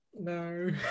No